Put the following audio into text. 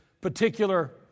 particular